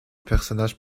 personnage